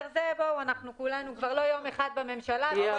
כולנו כבר לא יום אחד בממשלה.